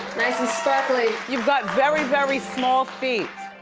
nice and sparkly. you've got very, very small feet.